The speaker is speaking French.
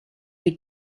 des